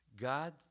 God